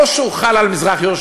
או שהוא חל על מזרח-ירושלים,